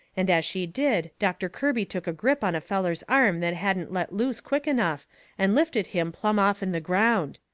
and as she did doctor kirby took a grip on a feller's arm that hadn't let loose quick enough and lifted him plumb off'n the ground.